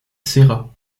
serra